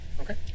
Okay